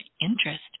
interest